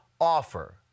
offer